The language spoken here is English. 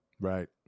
Right